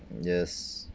yes